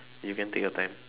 you can take your time